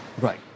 Right